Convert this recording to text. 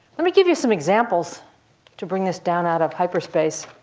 let me give you some examples to bring this down out of hyperspace.